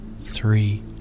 three